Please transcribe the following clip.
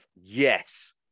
yes